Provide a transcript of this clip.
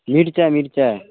मिरचा मिरचाइ